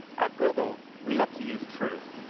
at google, we love to use truth.